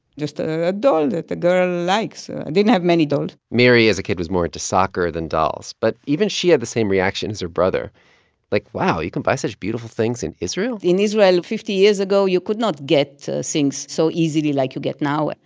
just a doll that the girl likes. i didn't have many dolls miri, as a kid, was more into soccer than dolls. but even she had the same reaction as her brother like, wow. you can buy such beautiful things in israel in israel fifty years ago, you could not get things so easily like you get now.